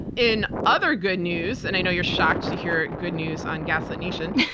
in other good news, and i know you're shocked to hear good news on gaslit nation,